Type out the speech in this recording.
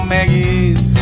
Maggie's